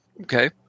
okay